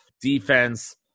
defense